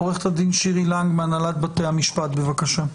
עו"ד שירי לנג, מהנהלת בתי המשפט, בבקשה.